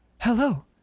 Hello